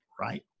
right